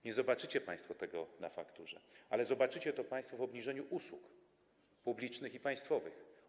Nie zobaczycie państwo tego na fakturze, ale zobaczycie to państwo w obniżeniu poziomu usług publicznych i państwowych.